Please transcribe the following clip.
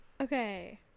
okay